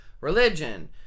Religion